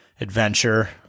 adventure